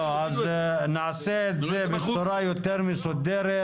נעשה את זה בצורה יותר מסודרת.